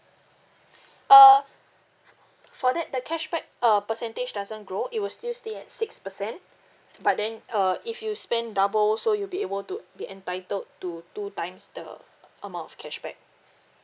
uh for that the cashback uh percentage doesn't grow it will still stay at six percent but then uh if you spend double so you'll be able to be entitled to two times the amount of cashback